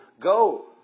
go